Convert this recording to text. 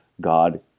god